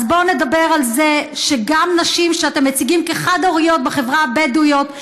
אז בוא נדבר על זה שגם נשים שאתם מציגים כחד-הוריות בחברה הבדואית,